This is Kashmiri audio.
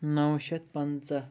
نَو شیٚتھ پَنژاہ